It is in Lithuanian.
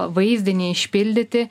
vaizdinį išpildyti